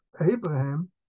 Abraham